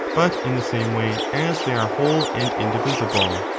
but in the same way as they are whole and indivisible.